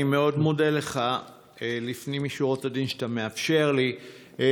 אני מאוד מודה לך על שאתה מאפשר לי לפנים משורת הדין.